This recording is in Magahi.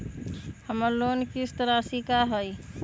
हमर लोन किस्त राशि का हई?